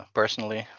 personally